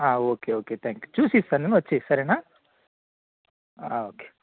okay okay thank you చూసి ఇస్తాను నేను వచ్చేయి సరేనా ఓకే